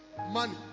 money